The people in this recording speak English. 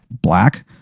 black